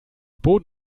boden